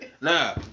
Nah